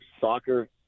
Soccer